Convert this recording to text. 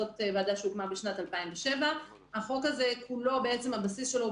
זו ועדה שהוקמה בשנת 2007. החוק הזה כולו הבסיס שלו הוא